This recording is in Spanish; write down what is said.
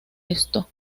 esto